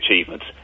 achievements